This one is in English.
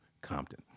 Compton